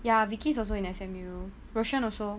ya vicky's also in S_M_U roshan also